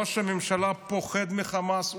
ראש הממשלה פוחד מחמאס.